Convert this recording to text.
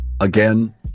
again